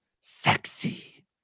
sexy